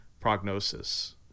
prognosis